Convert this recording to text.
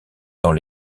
dans